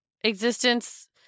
existence